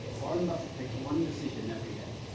warren buffet takes one decision every day